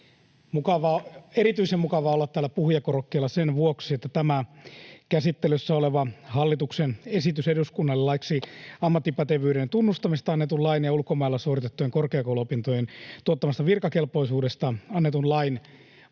erityisen mukavaa olla täällä puhujakorokkeella sen vuoksi, että tämä käsittelyssä oleva hallituksen esitys eduskunnalle laiksi ammattipätevyyden tunnustamisesta annetun lain ja ulkomailla suoritettujen korkeakouluopintojen tuottamasta virkakelpoisuudesta annetun lain